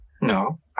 No